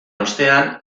ostean